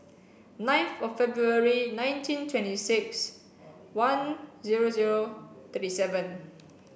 ninth of February nineteen twenty six one zero zero thirty seven